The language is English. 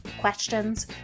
questions